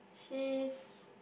she's